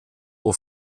aux